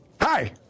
Hi